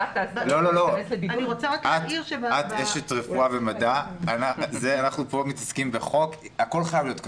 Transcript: את אשת רפואה ומדע אבל אנחנו כאן מתעסקים בחוק והכול חייב להיות כתוב.